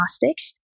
Diagnostics